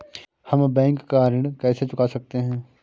हम बैंक का ऋण कैसे चुका सकते हैं?